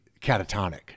catatonic